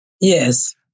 Yes